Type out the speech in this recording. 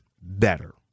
better